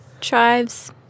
chives